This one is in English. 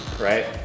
right